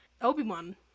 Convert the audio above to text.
obi-wan